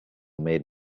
made